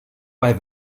bei